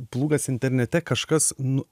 plūgas internete kažkas nu